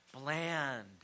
bland